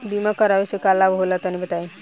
बीमा करावे से का लाभ होला तनि बताई?